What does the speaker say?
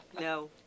No